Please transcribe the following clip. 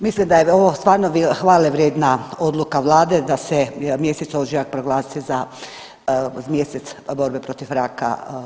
Mislim da je ovo stvarno hvale vrijedna odluka Vlade da se mjesec ožujak proglasi za mjesec protiv borbe protiv raka.